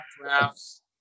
drafts